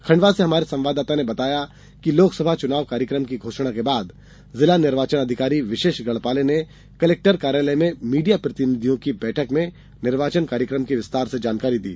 खंडवा से हमारे संवाददाता ने बताया है कि लोकसभा चुनाव कार्यक्रम की घोषणा के बाद जिला निर्वाचन अधिकारी विशेष गढ़पाले ने कलेक्टर कार्यालय में मीडिया प्रतिनिधियों की बैठक में निर्वाचक कार्यक्रम की विस्तार से जानकारी दी